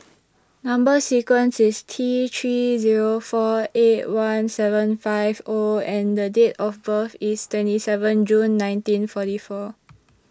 Number sequence IS T three Zero four eight one seven five O and The Date of birth IS twenty seven June nineteen forty four